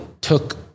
took